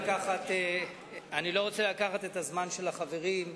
לקחת את הזמן של החברים.